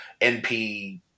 NP